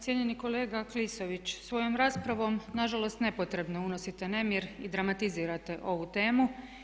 Cijenjeni kolega Klisović, svojom raspravom nažalost nepotrebno unosite nemir i dramatizirate ovu temu.